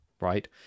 Right